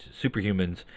superhumans